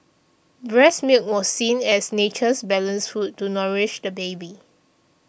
breast milk was seen as nature's balanced food to nourish the baby